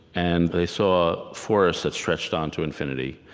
and they saw forests that stretched on to infinity.